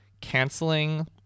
canceling